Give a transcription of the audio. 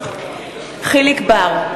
יחיאל חיליק בר,